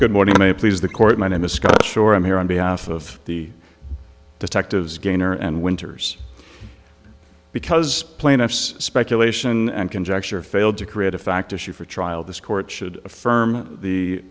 good morning may please the court my name is scott shore i'm here on behalf of the detectives gainer and winters because plaintiffs speculation and conjecture failed to create a fact issue for trial this court should affirm the